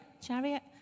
chariot